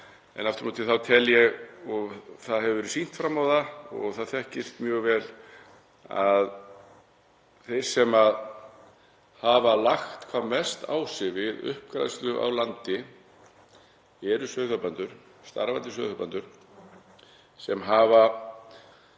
En aftur á móti þá tel ég, og það hefur verið sýnt fram á það og það þekkist mjög vel, að þeir sem hafa lagt hvað mest á sig við uppgræðslu á landi eru sauðfjárbændur, starfandi